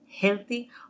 healthy